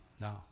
No